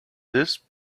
this